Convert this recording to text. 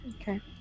okay